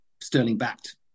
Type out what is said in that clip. sterling-backed